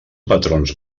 patrons